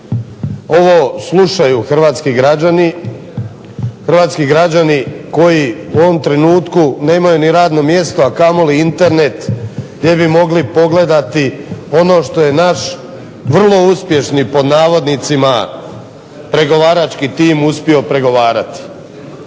ovo slušaju hrvatski građani koji u ovom trenutku nemaju ni radno mjesto, a kamoli Internet gdje bi mogli pogledati ono što je naš vrlo uspješni pod navodnicima "pregovarački tim" uspio pregovarati.